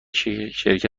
شرکت